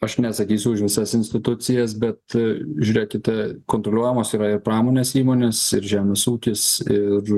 aš neatsakysiu už visas institucijas bet žiūrėkite kontroliuojamos yra ir pramonės įmonės ir žemės ūkis ir